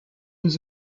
was